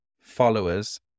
followers